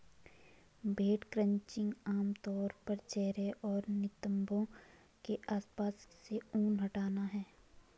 भेड़ क्रचिंग आम तौर पर चेहरे और नितंबों के आसपास से ऊन हटाना है